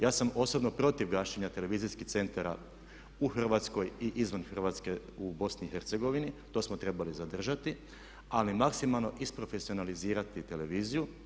Ja sam osobno protiv gašenja televizijskih centara u Hrvatskoj i izvan Hrvatske u BiH, to smo trebali zadržati ali maksimalno isprofesionalizirati televiziju.